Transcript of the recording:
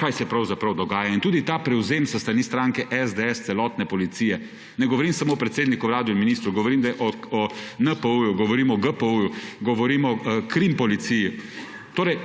kaj se pravzaprav dogaja. In tudi ta prevzem s strani stranke SDS, celotne policije. Ne govorim samo o predsedniku Vlade in ministru, govorim o NPU, govorim o GPU, govorim o KRIM policiji. Torej